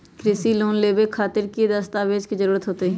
कृषि लोन लेबे खातिर की की दस्तावेज के जरूरत होतई?